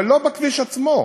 אבל לא בכביש עצמו.